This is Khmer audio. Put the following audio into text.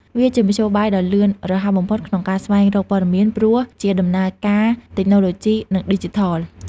វាជាមធ្យោបាយដ៏លឿនរហ័សបំផុតក្នុងការស្វែងរកព័ត៌មាន ព្រោះជាដំណើរការតិចណូទ្បូជីនិងឌីជីថល។